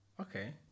okay